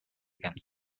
again